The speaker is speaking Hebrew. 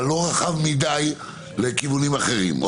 אבל לא רחב מדי לכיוונים אחרים.